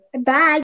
Bye